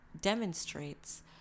demonstrates